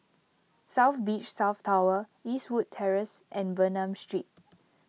South Beach South Tower Eastwood Terrace and Bernam Street